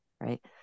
right